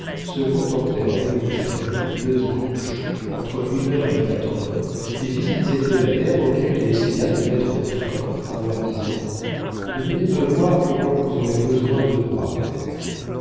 se contentèrent de lui faire le dimanche entre une heure et quatre heures des visites hebdomadaires auxquelles il essaya de mettre fin en leur disant ne venez me voir que quand vous aurez besoin de moi